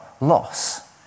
loss